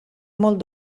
molt